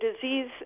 disease